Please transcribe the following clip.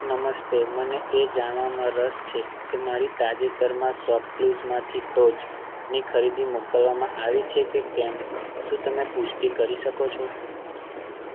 નમસ્તે મને એ જાણવામાં રસ છે કે મારી તાજેતરમાં શોપક્લૂઝમાંથી ટોચ ની ખરીદી મોકલવામાં આવી છે કે કેમ શું તમે પુષ્ટિ કરી શકો છો